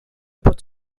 pot